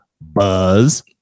Buzz